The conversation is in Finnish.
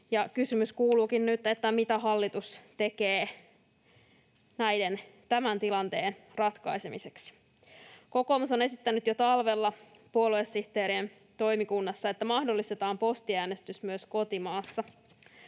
kysymys kuuluukin nyt: mitä hallitus tekee tämän tilanteen ratkaisemiseksi? Kokoomus on esittänyt jo talvella puoluesihteerien toimikunnassa, että mahdollistetaan postiäänestys myös kotimaassa,